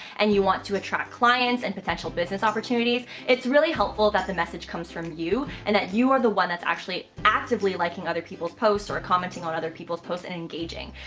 and you want to attract clients and potential business opportunities, it's really helpful that the message comes from you, and that you are the one that's actually actively liking other people's posts, or commenting on other people's posts and engaging.